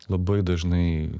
labai dažnai